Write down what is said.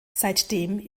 seitdem